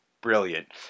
brilliant